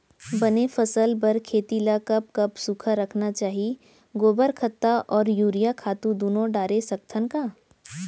बने फसल बर खेती ल कब कब सूखा रखना चाही, गोबर खत्ता और यूरिया खातू दूनो डारे सकथन का?